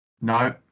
No